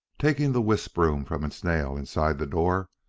taking the wisp broom from its nail inside the door,